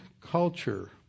culture